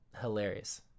hilarious